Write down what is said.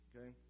Okay